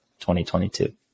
2022